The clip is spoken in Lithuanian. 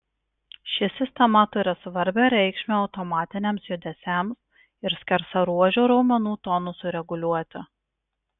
ši sistema turi svarbią reikšmę automatiniams judesiams ir skersaruožių raumenų tonusui reguliuoti